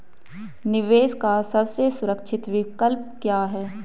निवेश का सबसे सुरक्षित विकल्प क्या है?